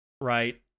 right